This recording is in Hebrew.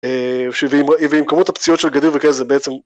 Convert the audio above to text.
ועם כמות הפציעות של גדיר וכאלה זה בעצם...